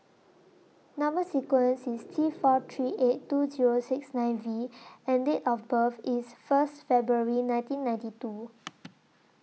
Number sequence IS T four three eight two Zero six nine V and Date of birth IS First February nineteen ninety two